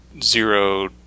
zero